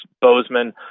Bozeman